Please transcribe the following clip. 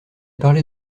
parlé